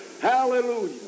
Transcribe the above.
hallelujah